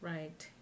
Right